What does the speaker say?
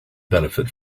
benefit